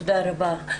תודה רבה.